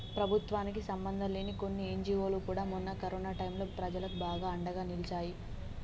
ప్రభుత్వానికి సంబంధంలేని కొన్ని ఎన్జీవోలు కూడా మొన్న కరోనా టైంలో ప్రజలకు బాగా అండగా నిలిచాయి